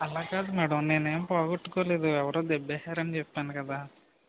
అలా కాదు మేడం నేను ఏమీ పోగొట్టుకోలేదు ఎవరూ దొబ్బేసారు అని చెప్పాను కదా